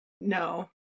No